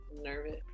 nervous